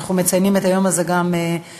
שאנחנו מציינים את היום הזה גם באו"ם,